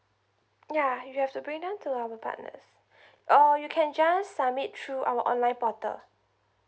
ya you have to bring them to our partners or you can just submit through our online portal